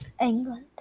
England